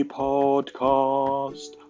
podcast